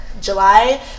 July